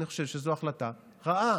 אני חושב שזו החלטה רעה,